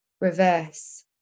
reverse